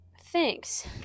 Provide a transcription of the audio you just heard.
thanks